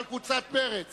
אבל קבוצת מרצ